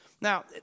Now